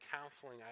counseling